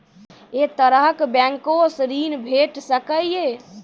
ऐ तरहक बैंकोसऽ ॠण भेट सकै ये?